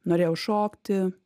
norėjau šokti